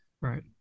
Right